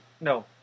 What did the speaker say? no